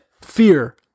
fear